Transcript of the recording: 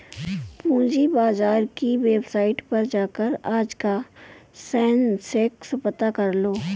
पूंजी बाजार की वेबसाईट पर जाकर आज का सेंसेक्स पता करलो